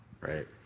right